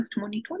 2020